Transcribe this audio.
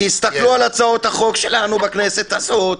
תסתכלו על הצעות החוק שלנו בכנסת הזאת,